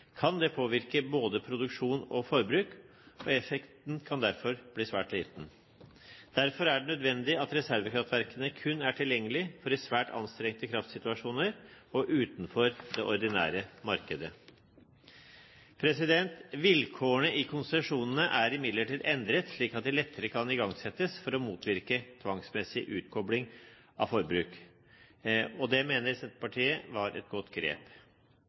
kan det påvirke både produksjon og forbruk, og effekten kan derfor bli svært liten. Derfor er det nødvendig at reservekraftverkene kun er tilgjengelige i svært anstrengte kraftsituasjoner og utenfor det ordinære markedet. Vilkårene i konsesjonene er imidlertid endret slik at de lettere kan igangsettes for å motvirke tvangsmessig utkobling av forbruk. Det mener Senterpartiet var et godt